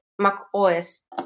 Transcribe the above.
macOS